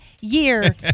year